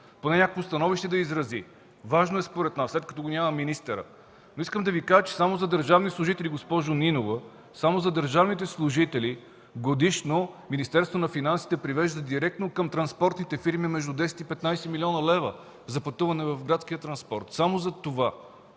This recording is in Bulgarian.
поне някакво становище да изрази – важно е според нас – след като го няма министърът! Искам да Ви кажа, че само за държавни служители, госпожо Нинова, само за държавните служители годишно Министерството на финансите превежда директно към транспортните фирми между 10 и 15 млн. лв. за пътуване в градския транспорт – само за това.